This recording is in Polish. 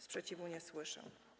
Sprzeciwu nie słyszę.